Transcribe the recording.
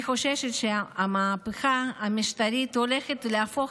אני חוששת שהמהפכה המשטרית הולכת להפוך